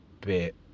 bit